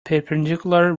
perpendicular